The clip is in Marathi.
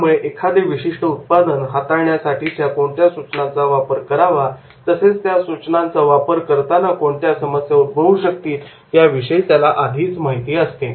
त्यामुळे एखादे विशिष्ट उत्पादन हाताळण्याच्याकरिता कोणत्या सूचनांचा वापर करावा तसेच त्या सूचनांचा वापर करताना कोणत्या समस्या उद्भवू शकतील याविषयी त्याला आधीच माहिती असते